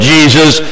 Jesus